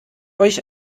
euch